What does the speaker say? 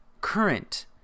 current